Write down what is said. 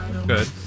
good